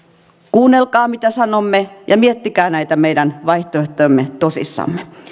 kuunnelkaa mitä sanomme ja miettikää näitä meidän vaihtoehtojamme tosissanne